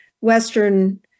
western